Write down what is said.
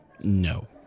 No